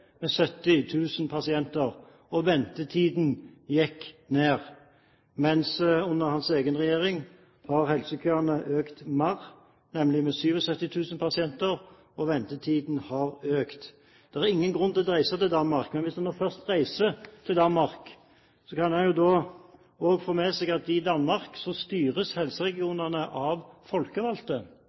med 70 000 pasienter, og ventetiden gikk ned. Mens under hans egen regjering har helsekøene økt mer, nemlig med 77 000 pasienter, og ventetiden har økt. Det er ingen grunn til å reise til Danmark, men hvis han nå først reiser dit, kan han også få med seg at helseregionene der styres av folkevalgte,